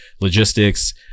logistics